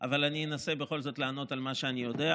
אבל אני אנסה בכל זאת לענות על מה שאני יודע.